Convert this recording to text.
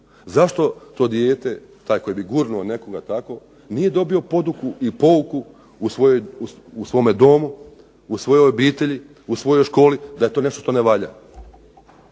Zašto to dijete koje bi gurnuo nekoga tako nije dobio poduku i pouku u svome domu u svojoj obitelji i u svojoj školi da je to nešto što ne valja?